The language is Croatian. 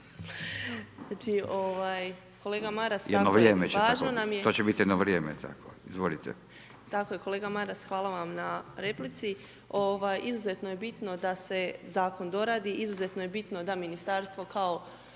Ovaj, kolega Maras …/Upadica: Jedno vrijeme će tako biti, to će biti jedno vrijeme tako. Izvolite./… Kolega Maras hvala vam na replici, izuzetno je bitno da se zakon doradi, izuzetno je bitno da ministarstvo kao